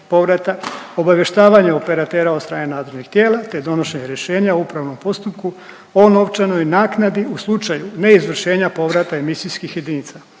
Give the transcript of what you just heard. obavještavanje operatera od strane nadležnih tijela te donošenja rješenja u upravnom postupku o novčanoj naknadi u slučaju neizvršenja povrata emisijskih jedinica,